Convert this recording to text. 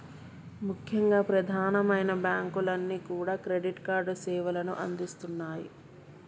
ముఖ్యంగా ప్రధానమైన బ్యాంకులన్నీ కూడా క్రెడిట్ కార్డు సేవలను అందిస్తున్నాయి